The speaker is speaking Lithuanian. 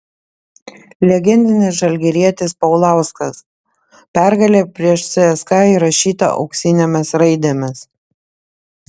legendinis žalgirietis paulauskas pergalė prieš cska įrašyta auksinėmis raidėmis